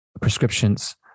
prescriptions